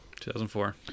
2004